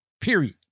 period